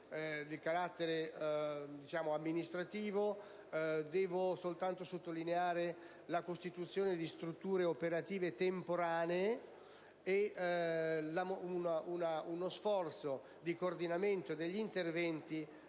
di carattere amministrativo. Devo soltanto sottolineare la costituzione di strutture operative temporanee e uno sforzo di coordinamento degli interventi,